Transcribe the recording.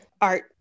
art